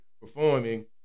performing